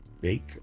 Bake